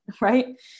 right